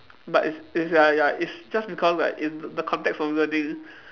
but it's it's ya ya it's just because like in the context of learning